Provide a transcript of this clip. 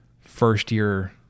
first-year